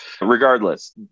regardless